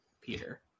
Peter